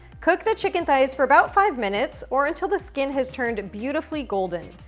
cook the chicken thighs for about five minutes or until the skin has turned beautifully golden.